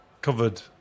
covered